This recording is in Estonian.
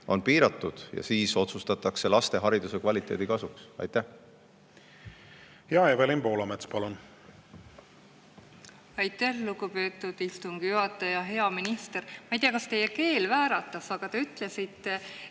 on piiratud ja siis otsustatakse laste hariduse kvaliteedi kasuks. Evelin Poolamets, palun! Evelin Poolamets, palun! Aitäh, lugupeetud istungi juhataja! Hea minister! Ma ei tea, kas teie keel vääratas, aga te ütlesite,